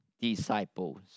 disciples